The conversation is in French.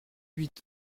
huit